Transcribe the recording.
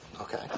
Okay